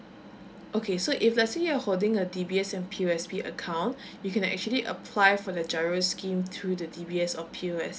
okay so if let's say you're holding a D_B_S and P_U_S_B account you can actually apply for the G_I_R_O scheme through the D_B_S or P_U_S_B